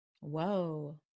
Whoa